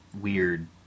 weird